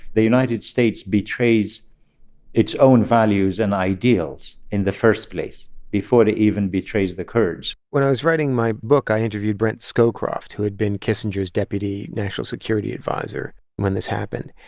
the united states betrays its own values and ideals in the first place, before it even betrays the kurds when i was writing my book, i interviewed brent scowcroft, who had been kissinger's deputy national security adviser when this happened.